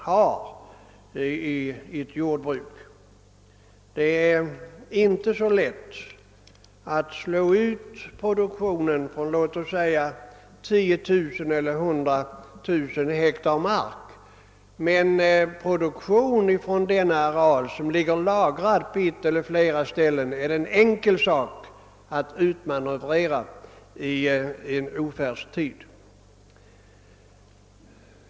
Det är inte så lätt att lagra upp en reserv motsvarande produktionen på exempelvis 10000 eller 100 000 hektar mark, men det är relativt enkelt att i en ofärdstid ta upp produktion på en areal som ligger i beredskap härför på ett eller flera ställen.